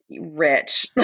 rich